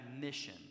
mission